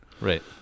Right